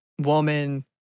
woman